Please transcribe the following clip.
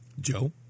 Joe